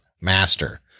master